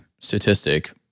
statistic